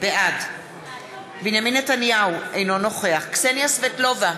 בעד בנימין נתניהו, אינו נוכח קסניה סבטלובה,